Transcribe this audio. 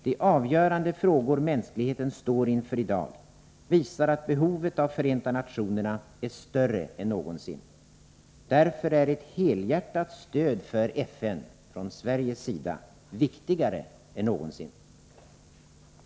De avgörande frågor mänskligheten står inför i dag visar att behovet av Förenta nationerna är större än någonsin. Därför är ett helhjärtat stöd för FN från Sveriges sida viktigare än någonsin.